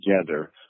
together